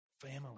family